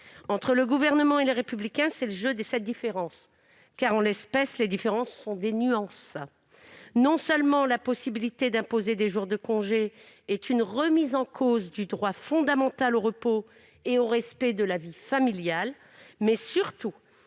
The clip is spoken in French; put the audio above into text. Entre le Gouvernement et Les Républicains, c'est le jeu des sept différences ; mais, en l'espèce, les différences sont des nuances. Non seulement la possibilité d'imposer des jours de congé est une remise en cause du droit fondamental au repos et au respect de la vie familiale, mais surtout